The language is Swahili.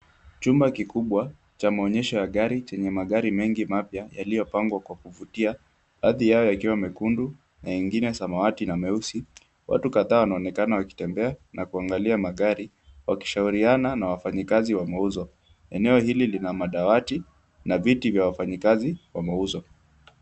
Chumba kikubwa, cha maonyesho ya gari chenye magari mengi mapya yaliyopangwa kwa kuvutia, hadhi yao yakiwa mekundu, na ingine samawati na meusi, watu kadhaa wanaonekana wakitembea na kuangalia magari wakishauriana na wafanyikazi wa mauzo, eneo hili lina madawati na viti vya wafanyikazi wa mauzo.